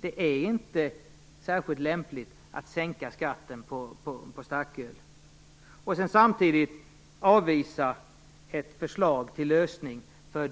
Det är inte särskilt lämpligt att sänka skatten på starköl och samtidigt avvisa ett förslag till lösning för